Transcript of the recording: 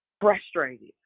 frustrated